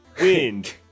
Wind